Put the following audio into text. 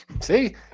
see